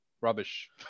Rubbish